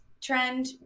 trend